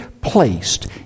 placed